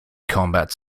combat